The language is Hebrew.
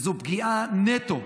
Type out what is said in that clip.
זו פגיעה נטו,